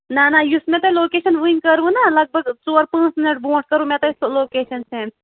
نہ نہ یُس مےٚ تۄہہِ لوکیشن ؤنۍ کٔروٕ نا لگ بگ ژرو پانٛژھ مِنٹ برٛونٛٹھ کٔرٕو مےٚ تۄہہِ لوکیشن سیٚنٛڈ